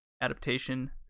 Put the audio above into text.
adaptation